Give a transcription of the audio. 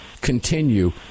continue